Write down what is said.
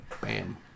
bam